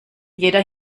jeder